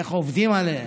איך עובדים עליהם.